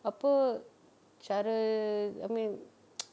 apa cara I mean